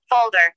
folder